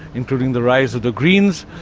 including the rise of the greens,